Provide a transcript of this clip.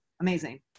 Amazing